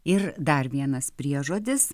ir dar vienas priežodis